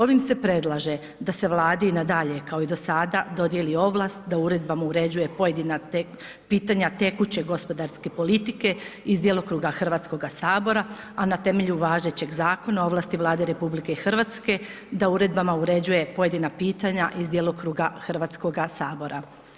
Ovim se predlaže da se Vladi nadalje kao i do sada dodijeli ovlast da uredbama uređuje pojedina pitanja tekuće gospodarske politike iz djelokruga Hrvatskoga sabora, a na temelju važećeg Zakona o ovlasti Vlade RH da uredbama uređuje pojedina pitanja iz djelokruga Hrvatskoga sabora.